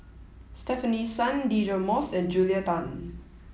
Stefanie Sun Deirdre Moss and Julia Tan